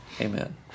Amen